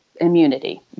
immunity